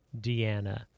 Deanna